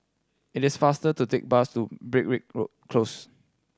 it is faster to take bus to Road Close